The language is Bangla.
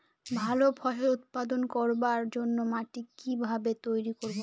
ভালো ফসল উৎপাদন করবার জন্য মাটি কি ভাবে তৈরী করব?